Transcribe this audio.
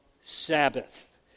Sabbath